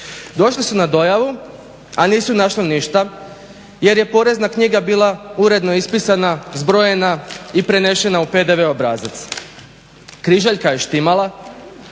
došli su na dojavu a nisu našli ništa jer je porezna knjiga bila uredno ispisana, zbrojena i prenesena u PDV obrazac. Križaljka je štimala,